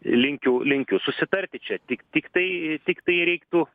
linkiu linkiu susitarti čia tik tiktai tiktai reiktų